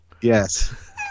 Yes